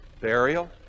burial